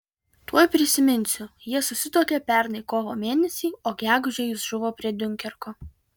tuoj prisiminsiu jie susituokė pernai kovo mėnesį o gegužę jis žuvo prie diunkerko